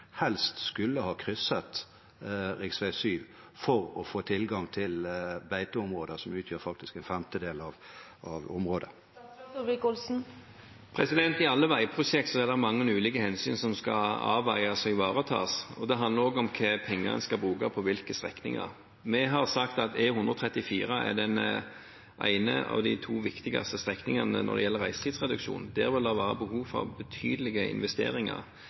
helst skulle ha krysset rv. 7, for å få tilgang til beiteområder som faktisk utgjør en femtedel av området. I alle veiprosjekter er det mange ulike hensyn som skal avveies og ivaretas. Det handler også om hvor mye penger en skal bruke på hvilke strekninger. Vi har sagt at E134 er den ene av de to viktigste strekningene når det gjelder reisetidsreduksjon. Der vil det være behov for betydelige investeringer.